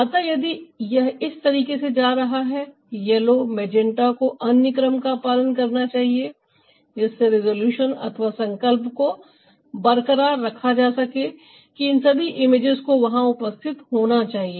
अतः यदि यह इस तरीके जा रहा है येलो मैजेंटा को अन्य क्रम का पालन करना चाहिए जिससे रिजॉल्यूशन अथवा संकल्प को बरकरार रखा जा सके कि इन सभी इमेजेस को वहां उपस्थित होना चाहिए